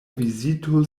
vizito